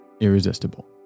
irresistible